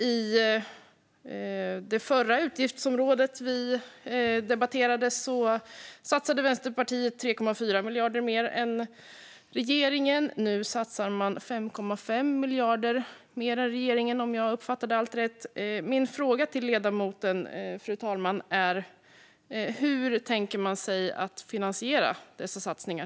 För det förra utgiftsområdet vi debatterade satsar Vänsterpartiet 3,4 miljarder mer än regeringen, och här satsar man 5,5 miljarder mer än regeringen, om jag uppfattat allt rätt. Min fråga till ledamoten, fru talman, är: Hur tänker man finansiera dessa satsningar?